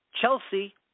Chelsea